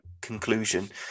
conclusion